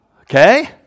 Okay